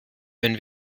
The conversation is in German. wenn